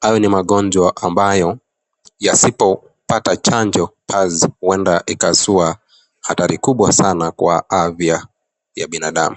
hayo ni magonjwa ambayo yasipo pata chanjo huenda ikazua hatari kubwa sanaa Kwa Afya ya binadamu .